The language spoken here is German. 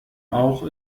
auch